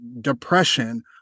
depression